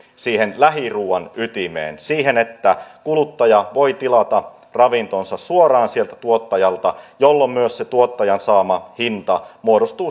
siihen lähiruuan ytimeen siihen että kuluttaja voi tilata ravintonsa suoraan tuottajalta jolloin myös se tuottajan saama hinta